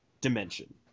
dimension